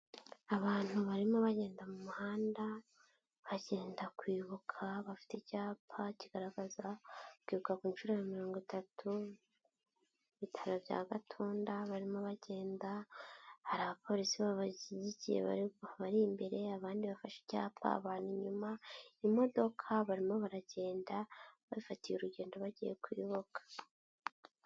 Abantu barimo bagenda mu muhanda, bagenda kwibuka bafite icyapa kigaragaza kwibuka ku nshuro ya mirongo itatu, ibitaro bya Gatunda, barimo bagenda, hari abapolisi babashyigikiye babari imbere, abandi bafashe icyapa, abantu inyuma, imodoka, barimo baragenda, babifatiye urugendo bagiye kwiboka.